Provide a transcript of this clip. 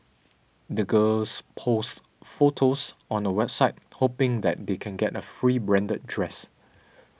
the girls posts photos on a website hoping that they can get a free branded dress